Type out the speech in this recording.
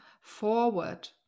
forward